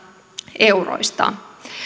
euroista